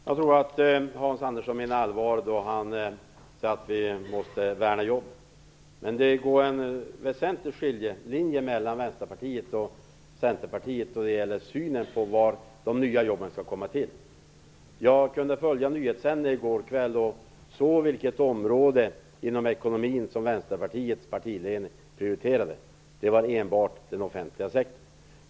Fru talman! Jag tror att Hans Andersson menar allvar när han säger att vi måste värna jobben. Men det går en väsentlig skiljelinje mellan Vänsterpartiet och Centerpartiet då det gäller synen på var de nya jobben skall komma till. Jag kunde följa nyhetssändningarna i går kväll och hörde vilket område inom ekonomin som Vänsterpartiets partiledning prioriterar. Det är enbart den offentliga sektorn.